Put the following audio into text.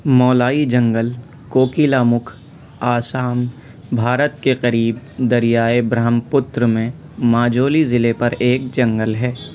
مولائی جنگل کوکیلا مکھ آسام بھارت کے قریب دریائے برہمپترہ میں ماجولی ضلعے پر ایک جنگل ہے